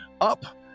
up